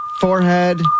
forehead